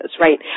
right